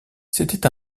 c’était